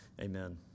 Amen